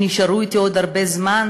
שיישארו אתי עוד הרבה זמן,